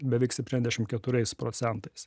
beveik septyniasdešim keturiais procentais